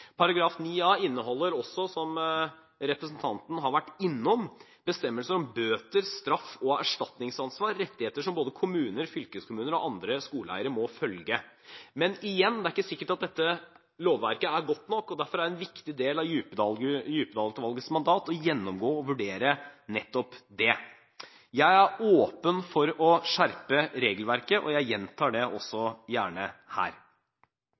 Paragraf 9a inneholder også, som representanten har vært innom, bestemmelser om bøter, straff og erstatningsansvar, rettigheter som både kommuner, fylkeskommuner og andre skoleeiere må følge. Men igjen, det er ikke sikkert at dette lovverket er godt nok, og derfor er en viktig del av Djupedal-utvalgets mandat å gjennomgå og vurdere nettopp det. Jeg er åpen for å skjerpe regelverket, og jeg gjentar det også gjerne her.